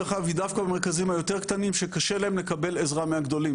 דווקא היא במרכזים היותר קטנים שקשה להם לקבל עזרה מהגדולים,